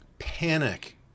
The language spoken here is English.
panic